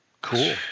Cool